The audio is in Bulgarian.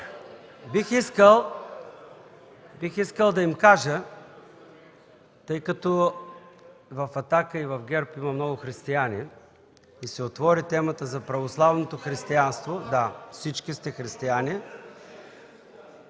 Бих искал да им кажа, тъй като в „Атака” и в ГЕРБ има много християни и се отвори темата за православното християнство (реплики), да, всички сте християни.